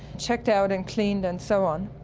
checked out and cleaned and so on.